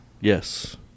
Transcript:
Yes